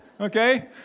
okay